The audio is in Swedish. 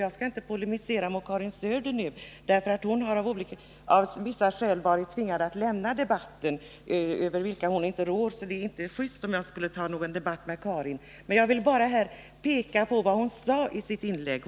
Jag skall inte polemisera mot Karin Söder nu, därför att hon av vissa skäl över vilka hon inte råder har varit tvingad att lämna debatten. Det vore inte just om jag tog upp en debatt med henne nu, och jag skall bara peka på vad hon sade i sitt inlägg.